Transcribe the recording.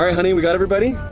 honey, we got everybody?